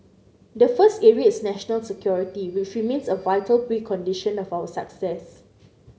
the first area is national security which remains a vital precondition of our success